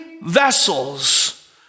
vessels